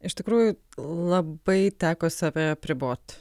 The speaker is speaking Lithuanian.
iš tikrųjų labai teko save apribot